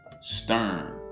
stern